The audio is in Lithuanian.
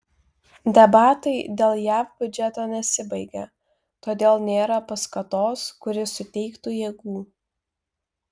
debatai dėl jav biudžeto nesibaigia todėl nėra paskatos kuri suteiktų jėgų